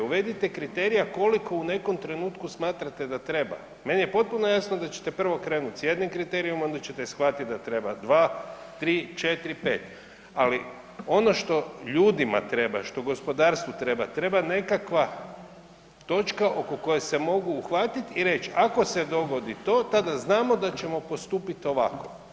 Uvedite kriterija koliko u nekom trenutku smatrate da treba, meni je potpuno jasno da ćete prvo krenuti s jednim kriterijem, onda ćete shvatiti da treba 2, 3, 4, 5. Ali, ono što ljudima treba, što gospodarstvu treba, treba nekakva točka oko koje se mogu uhvatiti i reći, ako se dogodi to, tada znamo da ćemo postupiti ovako.